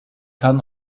kann